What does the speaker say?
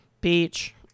beach